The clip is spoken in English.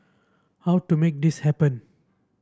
how to make this happen